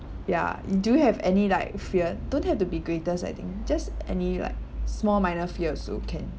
ya do you have any like fear don't have to be greatest I think just any like small minor fear also can